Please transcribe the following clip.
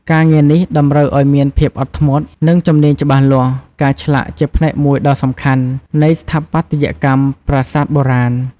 ការងារនេះតម្រូវឱ្យមានភាពអត់ធ្មត់ និងជំនាញច្បាស់លាស់ ការឆ្លាក់ជាផ្នែកមួយដ៏សំខាន់នៃស្ថាបត្យកម្មប្រាសាទបុរាណ។